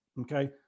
okay